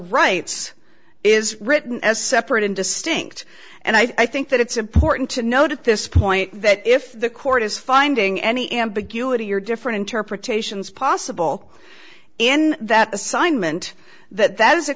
rights is written as separate and distinct and i think that it's important to note at this point that if the court is finding any ambiguity or different interpretations possible in that assignment that that is a